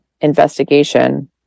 investigation